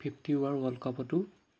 fifty over world কাপতো